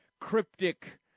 cryptic